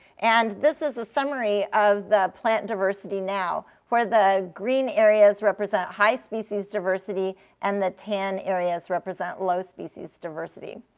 and this is a summary of the plant diversity now, where the green areas represent high species diversity and the tan areas represent low species diversity.